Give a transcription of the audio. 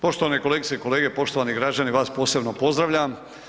Poštovani kolegice i kolege, poštovani građani, vas posebno pozdravljam.